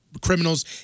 Criminals